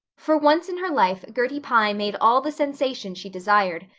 for once in her life gertie pye made all the sensation she desired.